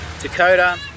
Dakota